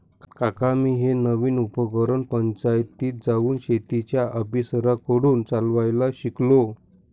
काका मी हे नवीन उपकरण पंचायतीत जाऊन शेतीच्या ऑफिसरांकडून चालवायला शिकलो